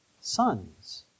sons